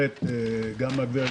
גם מהגברת,